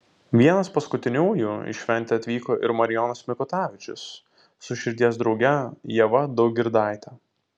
vienas paskutiniųjų į šventę atvyko ir marijonas mikutavičius su širdies drauge ieva daugirdaite